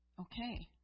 okay